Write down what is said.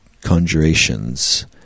conjurations